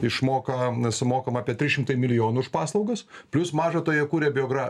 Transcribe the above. išmoka sumokam apie trys šimtai milijonų už paslaugas plius maža to jie kuria biogra